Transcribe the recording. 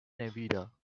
nevada